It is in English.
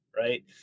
Right